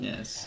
Yes